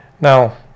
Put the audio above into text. Now